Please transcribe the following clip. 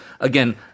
again